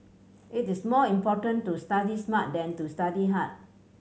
it is more important to study smart than to study hard